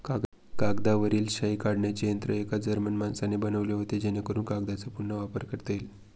कागदावरील शाई काढण्याचे यंत्र एका जर्मन माणसाने बनवले होते जेणेकरून कागदचा पुन्हा वापर करता येईल